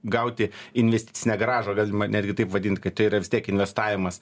gauti investicinę grąžą galima netgi taip vadint kad tai yra vis tiek investavimas